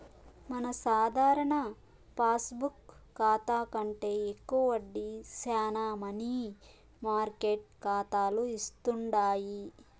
మన సాధారణ పాస్బుక్ కాతా కంటే ఎక్కువ వడ్డీ శానా మనీ మార్కెట్ కాతాలు ఇస్తుండాయి